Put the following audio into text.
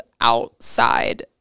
outside